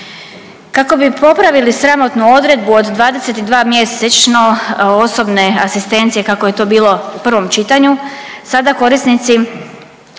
Kako bi popravili sramotnu odredbu od 22 mjesečno osobne asistencije kako je to bilo u prvom čitanju, sada korisnici